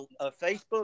Facebook